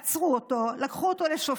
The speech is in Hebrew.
עצרו אותו, לקחו אותו לשופט.